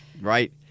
Right